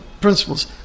principles